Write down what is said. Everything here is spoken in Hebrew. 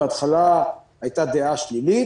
בהתחלה הייתה דעה שלילית.